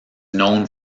known